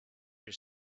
your